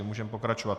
Můžeme pokračovat.